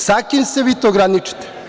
Sa kim se vi to graničite?